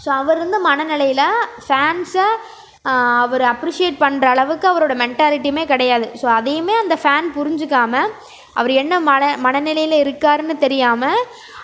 so அவர் இருந்த மனநிலையில் ஃபேன்ஸ்ஸை அவர் அப்ரிசியேட் பண்ணுற அளவுக்கு அவரோட மெண்டாலிட்டியுமே கிடையாது ஸோ அதையுமே அந்த ஃபேன் புரிஞ்சிக்காமல் அவர் என்ன மன மனநிலையில் இருக்காருனு தெரியாமல்